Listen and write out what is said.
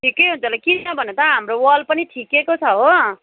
ठिक्कै हुन्छ होला किन भन्नु त हाम्रो वाल पनि ठिक्कैको छ हो